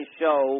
show